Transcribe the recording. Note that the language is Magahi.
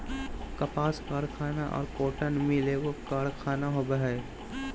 कपास कारखाना और कॉटन मिल एगो कारखाना होबो हइ